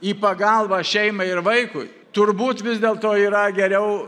į pagalbą šeimai ir vaikui turbūt vis dėlto yra geriau